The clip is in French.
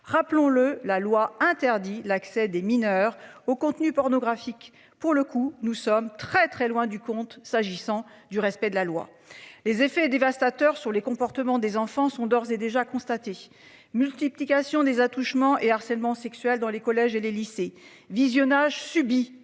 rappelons-le, la loi interdit l'accès des mineurs au contenu pornographique pour le coup, nous sommes très très loin du compte. S'agissant du respect de la loi. Les effets dévastateurs sur les comportements des enfants sont d'ores et déjà constater multiplication des attouchement et harcèlement sexuel dans les collèges et les lycées visionnage subit